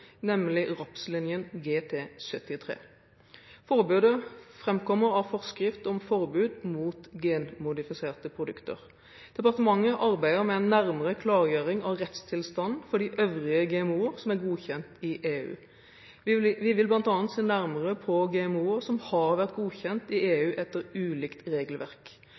nemlig rapslinjen GT73. Forbudet framkommer av forskrift om forbud mot genmodifiserte produkter. Departementet arbeider med en nærmere klargjøring av rettstilstanden for de øvrige GMO-er som er godkjent i EU. Vi vil bl.a. se nærmere på GMO-er som har vært godkjent i EU etter ulikt regelverk.